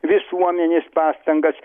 visuomenės pastangas